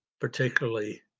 particularly